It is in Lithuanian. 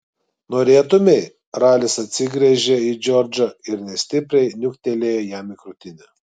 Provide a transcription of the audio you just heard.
norėtumei ralis atsigręžė į džordžą ir nestipriai niuktelėjo jam į krūtinę